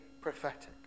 prophetic